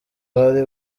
bari